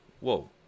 whoa